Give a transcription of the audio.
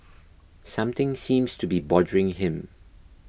something seems to be bothering him